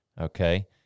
okay